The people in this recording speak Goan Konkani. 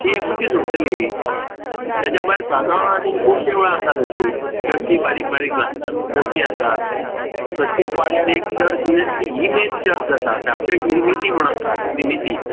ती एकूत दीस उरतली तेच्या भायर साळगांवां आनी खूब देवळां आसात अशीं चर्ची बारीक बारीक ल्हान ल्हान चर्ची आसात प्रत्येक वाड्यार एक चर्च म्हणजे ती ही मेन चर्च जाता धाकट्यो इरिमिती म्हुणू आसा इरिमिती